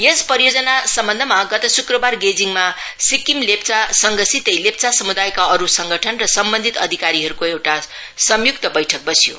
यस परियोजना सम्बन्धमा गत श्क्रबाट गेजिङमा सिक्किम लेप्चा संघसितै लेप्चा सम्दायका अरू संगठन र सम्बन्धित अधिकारीहरूको एउटा संय्क्त बैटक बस्यो